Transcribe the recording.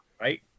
right